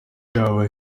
byaba